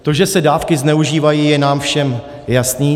To, že se dávky zneužívají, je nám všem jasné.